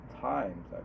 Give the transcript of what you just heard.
times